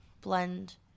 blend